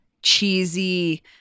cheesy